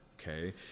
okay